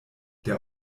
der